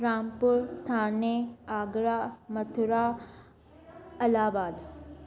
Rampur Thane Agra Mathura Allahabad